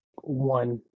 one